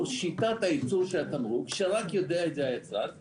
שיטת הייצור של התמרוק שרק היצרן יודע את זה,